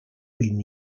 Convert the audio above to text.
been